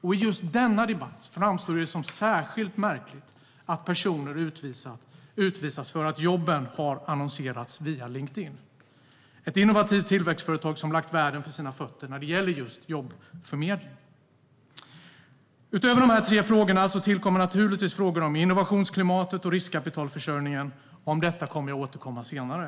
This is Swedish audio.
I just denna debatt framstår det som särskilt märkligt att personer utvisas för att jobben har annonserats via Linkedin - ett innovativt tillväxtföretag som lagt världen för sina fötter när det gäller just jobbförmedling. Utöver de här tre frågorna tillkommer naturligtvis frågor om innovationsklimatet och riskkapitalförsörjningen. Om detta kommer jag att återkomma senare.